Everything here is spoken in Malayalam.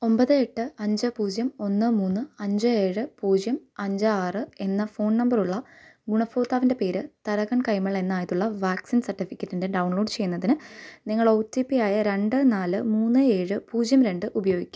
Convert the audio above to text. ഒമ്പത് എട്ട് അഞ്ച് പൂജ്യം ഒന്ന് മൂന്ന് അഞ്ച് ഏഴ് പൂജ്യം അഞ്ച് ആറ് എന്ന ഫോൺ നമ്പറുള്ള ഗുണഭോക്താവിൻ്റെ പേര് തരകൻ കൈമൾ എന്നതായുള്ള വാക്സിൻ സർട്ടിഫിക്കറ്റിൻ്റെ ഡൗൺലോഡ് ചെയ്യുന്നതിന് നിങ്ങൾ ഒ ടി പി ആയ രണ്ട് നാല് മൂന്ന് ഏഴ് പൂജ്യം രണ്ട് ഉപയോഗിക്കാം